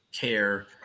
care